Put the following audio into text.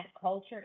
culture